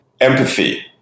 empathy